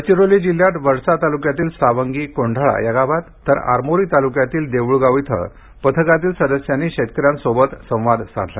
गडचिरोली जिल्ह्यात वडसा तालुक्यातील सावंगी कोंढाळा या गावात तर आरमोरी तालुक्यातील देऊळगाव इथं पथकातील सदस्यांनी शेतकऱ्यांसोबत संवाद साधला